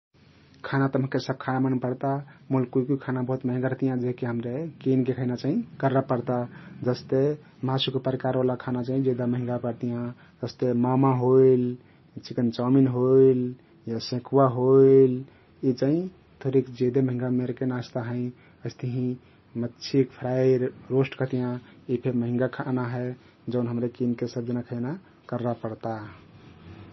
खाना ते महके सब खाना मन पर्ता मुल कुइ कुइ खाना बहुत महँगा रहतियाँ जेहके हमरे किनके खैना चाहिं कर्रा पर्ता । जस्ते मासुके परिकार ओला खाना चाहिं जेदा महँगा परतियाँ । अस्ते म:म होइल, चिकन चाउमिन होइल या सेकुवा होइल यी चाहिं थोरिक जेदे महँगा मेरके नास्ता हँइ । अइस्तहिं मछ्छीक फ्राई रोस्ट कहतियाँ यी फे महँगा खाना हे जउन हम्रे किनके सबजाने खैना कर्रा पर्ता ।